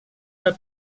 del